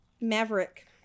Maverick